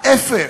ההפך,